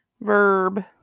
Verb